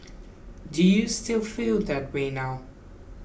do you still feel that way now